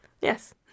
yes